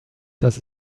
dass